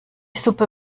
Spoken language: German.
suppe